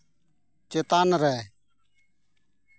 ᱪᱮᱛᱟᱱ ᱨᱮ